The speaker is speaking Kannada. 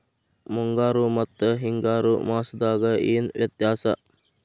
ಮುಂಗಾರು ಮತ್ತ ಹಿಂಗಾರು ಮಾಸದಾಗ ಏನ್ ವ್ಯತ್ಯಾಸ?